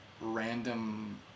random